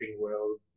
world